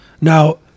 now